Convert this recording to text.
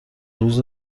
روز